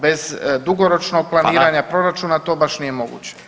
Bez dugoročnog planiranja [[Upadica Radin: Hvala.]] proračuna to baš nije moguće.